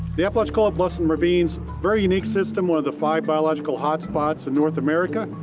the apalachicola bluffs and ravines, very unique system. one of the five biological hotspots in north america.